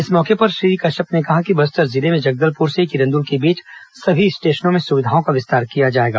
इस मौके पर श्री कश्यप ने कहा कि बस्तर जिले में जगदलपुर से किरन्दुल के बीच सभी स्टेशनों में सुविधाओं का विस्तार किया जाएगा